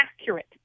accurate